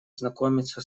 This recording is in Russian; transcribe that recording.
знакомиться